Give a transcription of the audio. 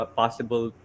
possible